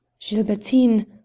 Gilbertine